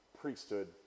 priesthood